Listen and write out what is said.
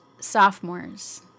sophomores